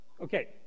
Okay